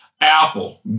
Apple